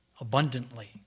abundantly